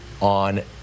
on